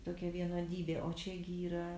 tokia vienodybė o čia gi yra